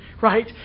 right